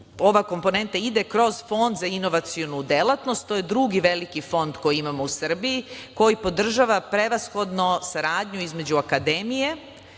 ova komponenta ide kroz Fond za inovacionu delatnost. To je drugi veliki fond koji imamo u Srbiji, koji podržava prevashodno saradnju između akademije